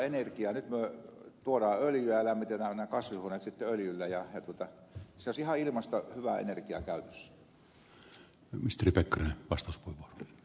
nyt me tuomme öljyä lämmitämme aina kasvihuoneet sitten öljyllä ja siinä olisi ihan ilmaista hyvää energiaa käytössä